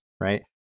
right